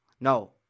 No